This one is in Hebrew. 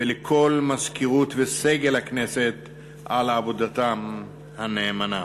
ולכל מזכירות וסגל הכנסת על עבודתם הנאמנה.